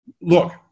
look